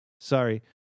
Sorry